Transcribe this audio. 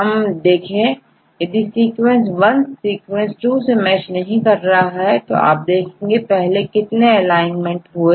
हम देखें यदि सीक्वेंस वन सीक्वेंस 2 से मैच नहीं कर रहा है तो आप देखेंगे कि पहले कितने अलाइनमेंट हुए